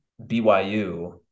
BYU